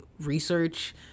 research